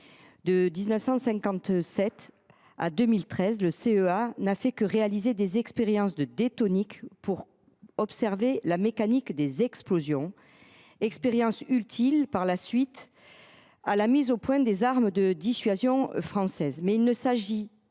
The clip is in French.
De 1957 à 2013, le CEA n’a fait qu’y réaliser des expériences de détonique pour observer la mécanique des explosions. Ces expériences se sont révélées utiles à la mise au point des armes de la dissuasion française,